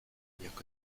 jako